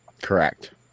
Correct